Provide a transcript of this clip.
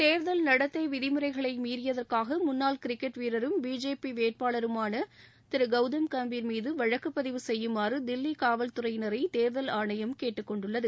தேர்தல் நடத்தை விதிமுறைகளை மீறியதற்காக முன்னாள் கிரிக்கெட் வீரரும் பிஜேபி வேட்பாளருமான திரு கவுதம் காம்பீர் மீது வழக்கு பதிவு செய்யுமாறு தில்லி காவல்துறையினர தேர்தல் ஆணையம் கேட்டுக் கொண்டுள்ளது